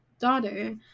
daughter